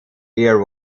ear